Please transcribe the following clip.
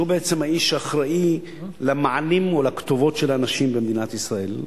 שהוא בעצם האיש שאחראי למענים ולכתובות של האנשים במדינת ישראל,